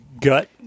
gut